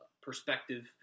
perspective